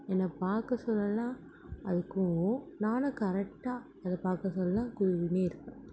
என்னை பார்க்க சொல்லல்லாம் அது கூவும் நானும் கரெக்டாக அதை பார்க்க சொல்லலாம் கூவிக்கின்னே இருப்பேன்